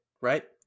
right